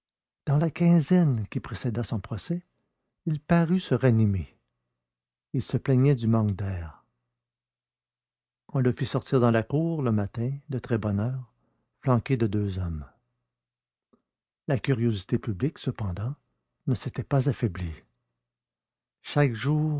dans la quinzaine qui précéda son procès il parut se ranimer il se plaignit du manque d'air on le fit sortir dans la cour le matin de très bonne heure flanqué de deux hommes la curiosité publique cependant ne s'était pas affaiblie chaque jour